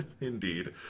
Indeed